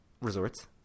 resorts